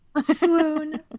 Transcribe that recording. swoon